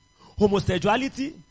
homosexuality